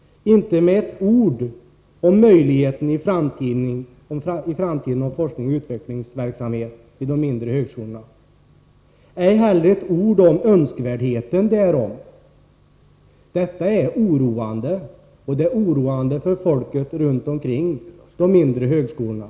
Inte med ett ord berörde han dock möjligheten till forskningsoch utvecklingsverksamhet vid de mindre högskolorna i framtiden. Ej heller nämnde han ett ord om nödvändigheten därav. Det är oroande, framför allt för folket runt omkring de mindre högskolorna.